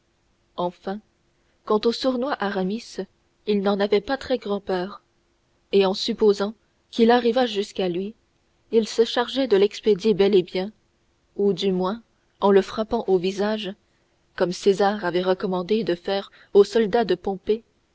enfin quant au sournois aramis il n'en avait pas très grand-peur et en supposant qu'il arrivât jusqu'à lui il se chargeait de l'expédier bel et bien ou du moins en le frappant au visage comme césar avait recommandé de faire aux soldats de pompée